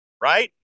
right